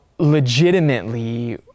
legitimately